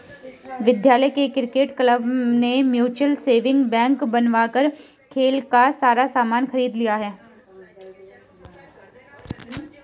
विद्यालय के cricket club ने म्यूचल सेविंग बैंक बनाकर खेल का सारा सामान खरीद लिया